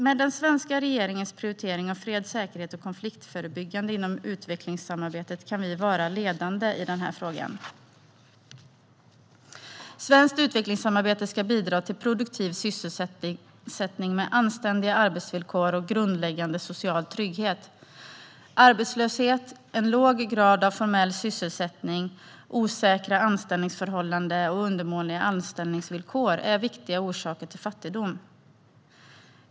Med den svenska regeringens prioritering av fred, säkerhet och konfliktförebyggande inom utvecklingssamarbetet kan vi vara ledande i den frågan. Svenskt utvecklingssamarbete ska bidra till produktiv sysselsättning med anständiga arbetsvillkor och grundläggande social trygghet. Arbetslöshet, en låg grad av formell sysselsättning, osäkra anställningsförhållanden och undermåliga anställningsvillkor är viktiga orsaker till fattigdom.